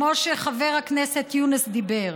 כמו שחבר הכנסת יונס דיבר,